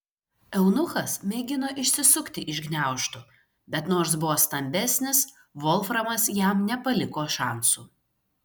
eunuchas mėgino išsisukti iš gniaužtų bet nors buvo stambesnis volframas jam nepaliko šansų